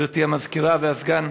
גברתי המזכירה והסגן,